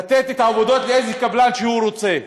לתת את העבודות לאיזה קבלן שהוא רוצה,